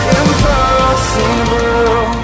impossible